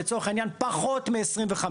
לצורך העניין פחות מ-25%.